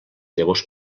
llavors